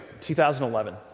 2011